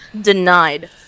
Denied